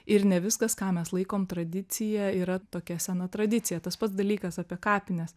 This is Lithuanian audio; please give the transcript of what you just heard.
ir ne viskas ką mes laikom tradicija yra tokia sena tradicija tas pats dalykas apie kapines